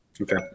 Okay